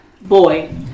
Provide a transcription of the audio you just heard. boy